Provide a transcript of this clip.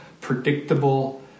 predictable